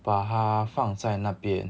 把它放在那边